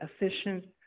efficient